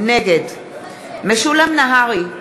נגד משולם נהרי,